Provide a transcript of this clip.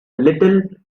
little